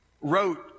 wrote